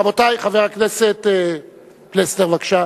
רבותי, חבר הכנסת פלסנר, בבקשה.